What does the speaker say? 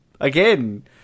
Again